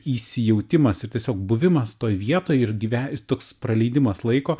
įsijautimas ir tiesiog buvimas toj vietoj ir gyve toks praleidimas laiko